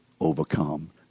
overcome